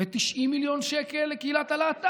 כמה אנשים יש בקהילות האלה?